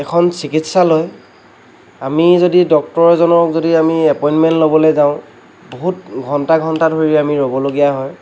এখন চিকিৎসালয় আমি যদি ডক্তৰজনক যদি আমি এপইণ্টমেণ্ট ল'বলে যাওঁ বহুত ঘণ্টা ঘণ্টা ধৰি আমি ৰবলগীয়া হয়